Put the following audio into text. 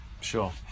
sure